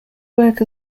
worked